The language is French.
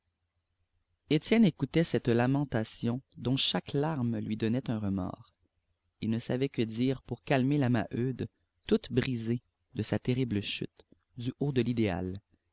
étienne écoutait cette lamentation dont chaque larme lui donnait un remords il ne savait que dire pour calmer la maheude toute brisée de sa terrible chute du haut de l'idéal